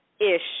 ish